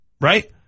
Right